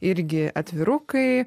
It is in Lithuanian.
irgi atvirukai